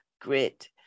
grit